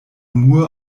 moore